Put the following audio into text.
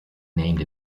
named